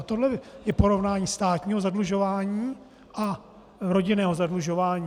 Tohle je porovnání státního zadlužování a rodinného zadlužování.